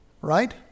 right